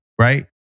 right